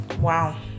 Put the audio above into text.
wow